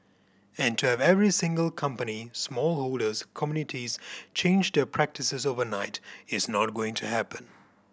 and to have every single company small holders communities change their practices overnight is not going to happen